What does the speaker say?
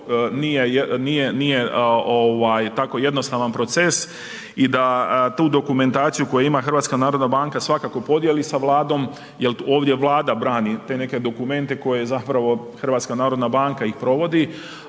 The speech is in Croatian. nije tako jednostavan proces i da tu dokumentaciju koju ima HNB svakako podijeli sa Vladom jer ovdje Vlada brani te neke dokumente koje zapravo HNB ih provodi,